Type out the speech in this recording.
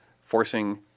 forcing